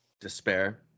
despair